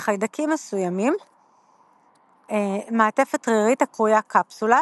לחיידקים מסוימים מעטפת רירית הקרויה קפסולה